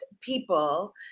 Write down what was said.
people